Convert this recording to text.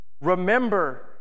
Remember